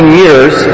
years